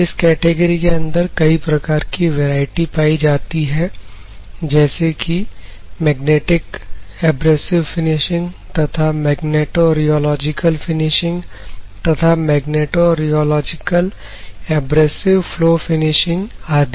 इस कैटेगरी के अंदर कई प्रकार की वैरायटी पाई जाती है जैसे कि मैग्नेटिक एब्रेसिव फिनिशिंग तथा मैग्नेटोियोलॉजिकल फिनिशिंग तथा मैग्नेटोियोलॉजिकल एब्रेसिव फ्लो फिनिशिंग आदि